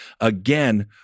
Again